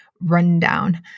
rundown